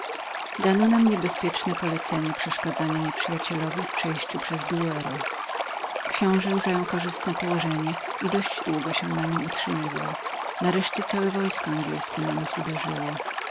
dano nam niebezpieczne polecenie przeszkadzania nieprzyjacielowi w przejściu przez douro książe zajął korzystne położenie i dość długo na niem się utrzymywał nareszcie całe wojsko angielskie na nas uderzyło